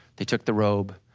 they took the robe,